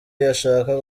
yashaka